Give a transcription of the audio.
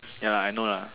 ya lah I know lah